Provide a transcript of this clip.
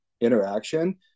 interaction